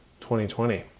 2020